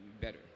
better